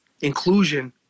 inclusion